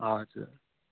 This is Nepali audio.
हजुर